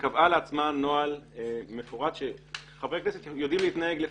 וקבעה לעצמה נוהל מפורט שחברי כנסת יודעים להתנהג לפיו.